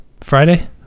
Friday